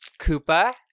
Koopa